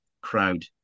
crowd